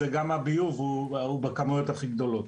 גם הביוב הוא בכמויות הכי גדולות.